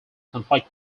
conflict